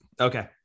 okay